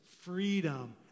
freedom